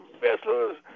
vessels